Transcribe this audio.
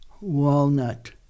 walnut